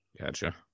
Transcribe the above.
Gotcha